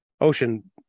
ocean